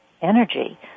energy